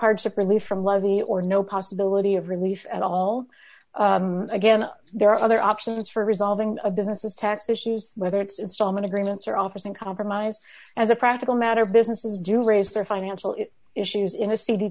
hardship relief from levy or no possibility of relief at all again there are other options for resolving a business tax issues whether it's stallman agreements or office and compromise as a practical matter businesses do raise their financial issues in a c